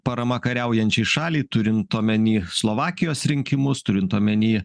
parama kariaujančiai šaliai turint omeny slovakijos rinkimus turint omeny